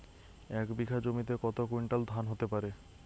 এক বিঘা জমিতে কত কুইন্টাল ধান হতে পারে?